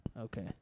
Okay